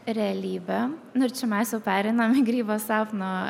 realybę nu ir čia mes jau pereinam į grybo sapno